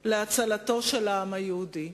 להצלתו של העם היהודי.